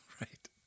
right